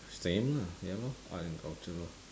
same lah ya lor art and culture lah